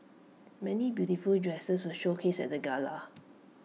many beautiful dresses were showcased at the gala